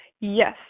Yes